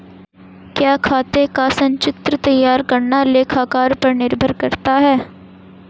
क्या खाते का संचित्र तैयार करना लेखाकार पर निर्भर करता है?